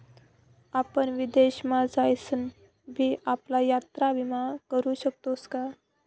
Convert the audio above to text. आपण विदेश मा जाईसन भी आपला यात्रा विमा करू शकतोस का?